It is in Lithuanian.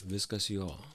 viskas jo